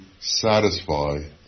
satisfy